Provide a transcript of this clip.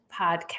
podcast